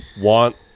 want